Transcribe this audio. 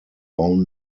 own